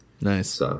Nice